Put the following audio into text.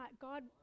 God